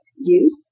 use